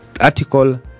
article